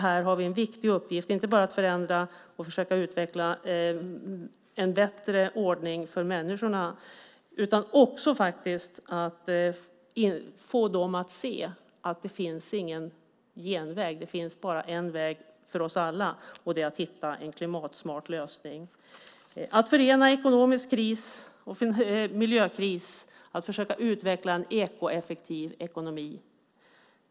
Här har vi en viktig uppgift, inte bara att förändra och försöka utveckla en bättre ordning för människorna utan också att få dem att inse att det inte finns någon genväg. Det finns bara en väg för oss alla, och det är att hitta en klimatsmart lösning, att förena ekonomisk kris och miljökris och att försöka utveckla en ekoeffektiv ekonomi.